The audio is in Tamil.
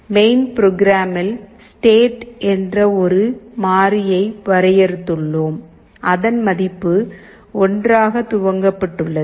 மெயின் ப்ரோக்ராமில் ஸ்டேட் என்ற ஒரு மாறியை வரையறுத்துள்ளோம் அதன் மதிப்பு 1 ஆக துவக்கப்பட்டுள்ளது